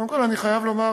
קודם אני חייב לומר,